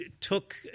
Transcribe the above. took